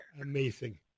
Amazing